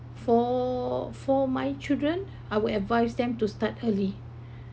for for my children I would advise them to start early